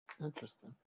interesting